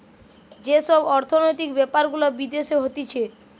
যেই সব অর্থনৈতিক বেপার গুলা বিদেশে হতিছে